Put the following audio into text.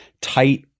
tight